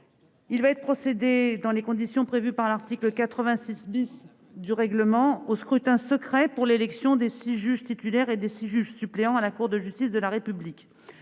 Il va être procédé, dans les conditions prévues par l'article 86 du règlement, au scrutin secret pour l'élection de six juges titulaires et de six juges suppléants à la Cour de justice de la République.